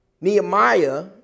Nehemiah